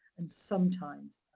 and sometimes,